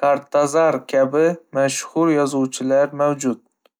Cortázar kabi mashhur yozuvchilar mavjud.